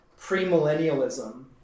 premillennialism